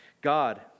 God